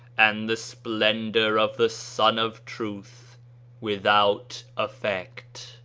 and the splendour of the sun of truth without effect.